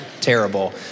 terrible